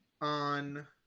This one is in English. On